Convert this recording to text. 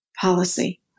policy